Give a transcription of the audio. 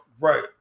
right